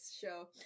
show